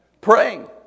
Praying